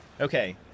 okay